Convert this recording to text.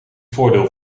voordeel